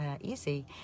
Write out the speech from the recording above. easy